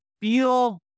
feel